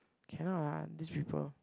cannot lah these people